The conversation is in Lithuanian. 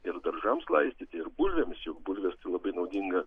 ir daržams laistyti ir bulvėms juk bulvės tai labai naudinga